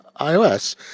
iOS